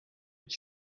ich